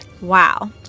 Wow